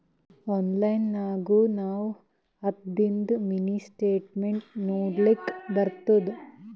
online ನಾಗ್ನು ನಾವ್ ಹತ್ತದಿಂದು ಮಿನಿ ಸ್ಟೇಟ್ಮೆಂಟ್ ನೋಡ್ಲಕ್ ಬರ್ತುದ